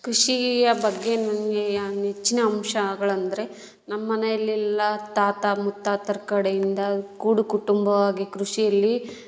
ಕೃಷಿಯ ಬಗ್ಗೆ ನನಗೆ ನೆಚ್ಚಿನ ಅಂಶಗಳಂದ್ರೆ ನಮ್ಮ ಮನೆಲೆಲ್ಲ ತಾತ ಮುತ್ತಾತರ ಕಡೆಯಿಂದ ಕೂಡು ಕುಟುಂಬವಾಗಿ ಕೃಷಿಯಲ್ಲಿ